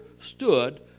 stood